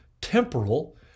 temporal